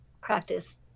practice